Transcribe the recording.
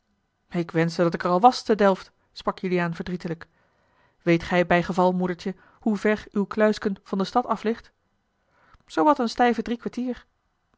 ik wenschte dat ik er al was te delft sprak juliaan verdrietelijk weet gjj bijgeval moedertje hoe ver uw kluisken van de stad af ligt zoo wat een stijve drie kwartier